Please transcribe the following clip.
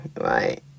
right